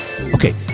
Okay